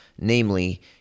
namely